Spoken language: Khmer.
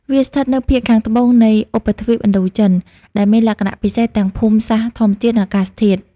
វាស្ថិតនៅភាគខាងត្បូងនៃឧបទ្វីបឥណ្ឌូចិន ដែលមានលក្ខណៈពិសេសទាំងភូមិសាស្ត្រធម្មជាតិ និងអាកាសធាតុ។